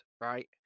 right